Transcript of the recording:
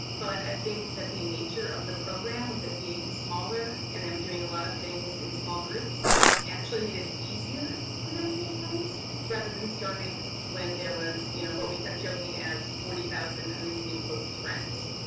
but i think that the nature of the program with it being smaller and them doing a lot of things in small groups actually made it easier for him to make friends rather than starting when there was, you know, what we kept joking as forty thousand of his new closest friends.